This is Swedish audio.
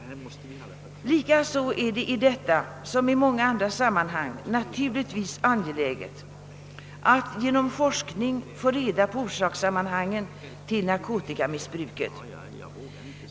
Likaså är det i detta som i många andra sammanhang naturligtvis angeläget att genom forskning få reda på orsakssammanhangen beträffande narkotikamissbruket.